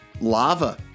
lava